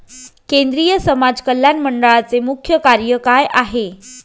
केंद्रिय समाज कल्याण मंडळाचे मुख्य कार्य काय आहे?